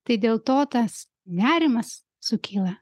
tai dėl to tas nerimas sukyla